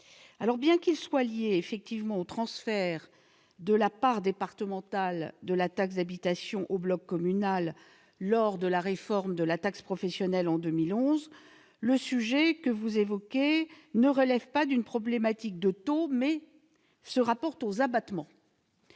Bien qu'il soit effectivement lié au transfert de la part départementale de la taxe d'habitation au bloc communal lors de la réforme de la taxe professionnelle intervenue en 2011, le sujet que vous évoquez ne relève pas d'une problématique de taux, mais se rapporte aux abattements.